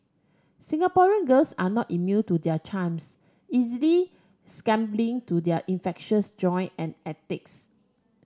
Singaporean girls are not immune to their charms easily succumbing to their infectious joy and antics